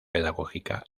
pedagógica